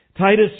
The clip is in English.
Titus